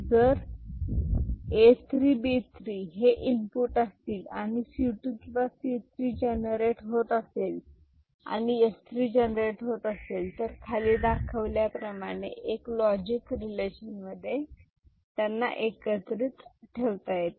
जर A3 B3 हे input असतील आणि C2 किंवा C3 जनरेट होत असेल आणि S3 जनरेट होत असेल तर खाली दाखवल्याप्रमाणे एका लॉजिक रिलेशन मध्ये त्यांना एकत्रित ठेवता येते